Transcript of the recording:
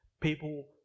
people